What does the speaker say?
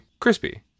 crispy